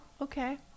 Okay